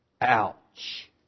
Ouch